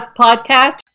podcast